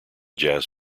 jazz